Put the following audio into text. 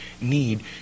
need